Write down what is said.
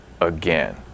again